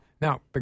Now